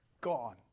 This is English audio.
gone